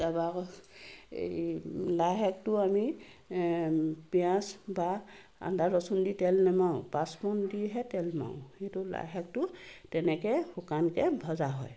তাপা আকৌ এই লাই শাকটো আমি পিঁয়াজ বা আদা ৰচুন দি তেল নেমাৰোঁ পাঁচফোৰণ দিহে তেল মাৰোঁ সেইটো লাই শাকটো তেনেকৈ শুকানকৈ ভজা হয়